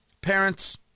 parents